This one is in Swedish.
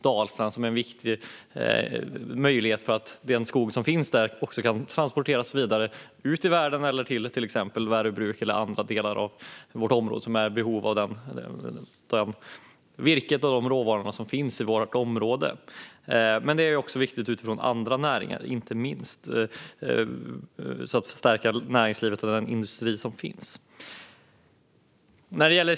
Det är en viktig möjlighet för att den skog som finns där också kan transporteras vidare ut i världen eller till exempel till Värö bruk, som är i behov av det virke och de råvaror som finns i vårt område. Det är också viktigt för att stärka näringslivet och den industri som finns.